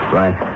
right